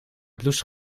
blouse